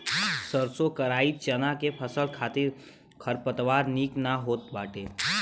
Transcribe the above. सरसों कराई चना के फसल खातिर खरपतवार निक ना होत बाटे